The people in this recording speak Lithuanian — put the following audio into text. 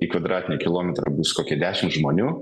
į kvadratinį kilometrą bus kokie dešim žmonių